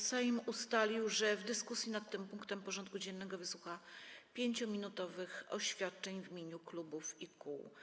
Sejm ustalił, że w dyskusji nad tym punktem porządku dziennego wysłucha 5-minutowych oświadczeń w imieniu klubów i kół.